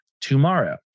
tomorrow